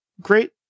great